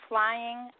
Flying